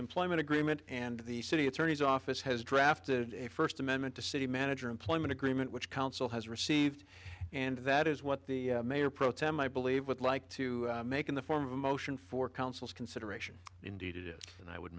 employment agreement and the city attorney's office has drafted a first amendment to city manager employment agreement which council has received and that is what the mayor pro tem i believe would like to make in the form of a motion for counsel's consideration indeed it is and i would